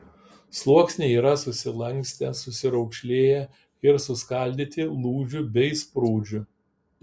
sluoksniai yra susilankstę susiraukšlėję ir suskaldyti lūžių bei sprūdžių